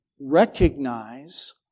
recognize